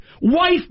wife